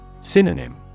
Synonym